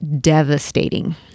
devastating